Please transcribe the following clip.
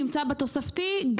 נמצא בתוספתי,